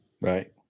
Right